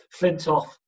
Flintoff